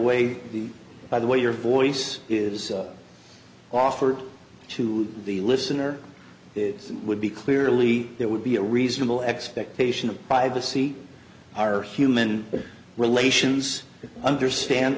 way the by the way your voice is offered to the listener is would be clearly that would be a reasonable expectation of privacy our human relations understand